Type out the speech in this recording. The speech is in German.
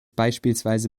beispielsweise